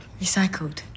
Recycled